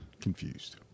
Confused